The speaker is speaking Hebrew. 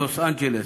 לוס-אנג'לס,